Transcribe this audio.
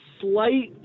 slight